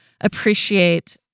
appreciate